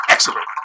Excellent